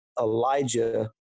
Elijah